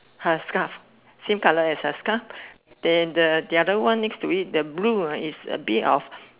her scarf same colour as her scarf then the the other one next to it the blue one is a bit of